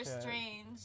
Strange